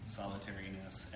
solitariness